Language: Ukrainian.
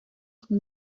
хто